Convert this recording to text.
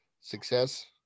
success